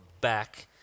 back